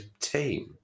team